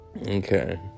Okay